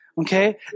okay